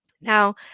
Now